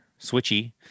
switchy